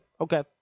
okay